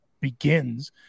begins